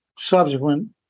Subsequent